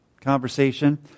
conversation